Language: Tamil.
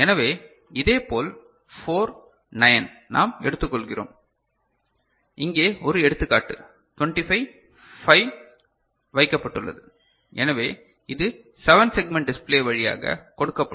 எனவே இதேபோல் 4 9 நாம் எடுத்துக்கொள்கிறோம் இங்கே ஒரு எடுத்துக்காட்டு 25 5 வைக்கப்பட்டுள்ளது எனவே இது 7 செக்மெண்ட் டிஸ்பிளே வழியாக கொடுக்கப்படும்